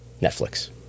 Netflix